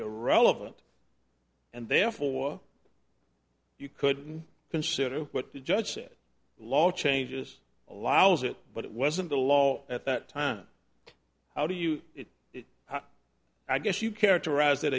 irrelevant and therefore you could consider what the judge said law changes allows it but it wasn't the law at that time how do you i guess you characterize that